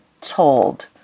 told